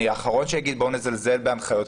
אני האחרון שיגיד: בוא נזלזל בהנחיות,